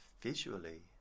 visually